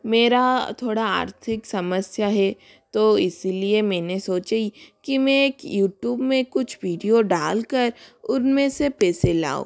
मेरा थोड़ा आर्थिक समस्या है तो इसीलिए मैंने सोची कि मैं एक यूटूब में कुछ विडियो डालकर उनमें से पैसे लाऊँ